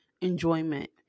enjoyment